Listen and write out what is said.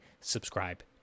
subscribe